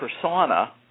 persona